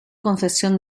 concesión